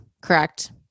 Correct